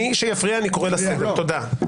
תודה.